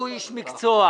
הוא איש מקצוע,